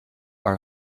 are